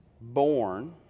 born